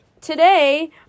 Today